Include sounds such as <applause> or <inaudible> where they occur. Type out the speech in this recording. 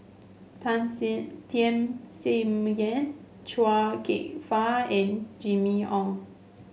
<unintelligible> Tham Sien Yen Chia Kwek Fah and Jimmy Ong